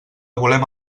volem